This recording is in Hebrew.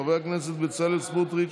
חברי הכנסת בצלאל סמוטריץ',